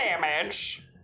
damage